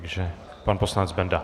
Takže pan poslanec Benda.